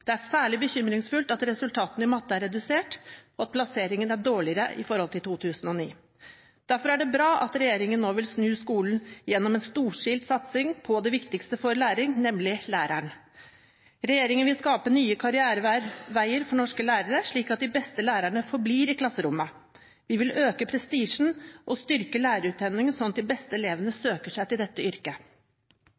Det er særlig bekymringsfullt at resultatene i matematikk er redusert, og at plasseringen er dårligere enn i 2009. Derfor er det bra at regjeringen nå vil snu skolen gjennom en storstilt satsning på det viktigste for læring, nemlig læreren. Regjeringen vil skape nye karriereveier for norske lærere, slik at de beste lærerne forblir i klasserommet. Vi vil øke prestisjen og styrke lærerutdanningen, slik at de beste elevene